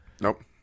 Nope